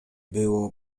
było